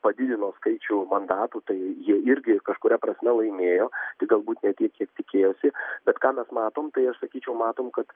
padidino skaičių mandatų tai jie irgi kažkuria prasme laimėjo tik galbūt ne tiek kiek tikėjosi bet ką mes matom tai aš sakyčiau matom kad